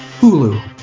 hulu